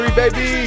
baby